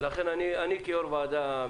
לכן אני כיושב-ראש הוועדה,